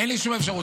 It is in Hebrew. אין לי שום אפשרות.